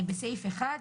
בסעיף 1,